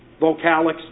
vocalics